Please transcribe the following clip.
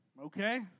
Okay